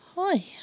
Hi